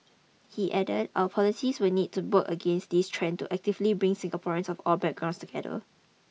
he added our policies will need to book against this trend to actively bring Singaporeans of all background together